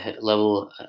level